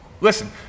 Listen